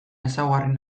ezaugarri